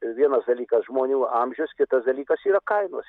vienas dalykas žmonių amžius kitas dalykas yra kainos